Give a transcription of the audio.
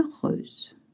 heureuse